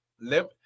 Let